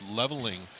leveling